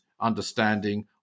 understanding